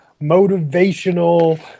motivational